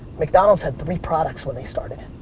mcdonald's had three products when they started.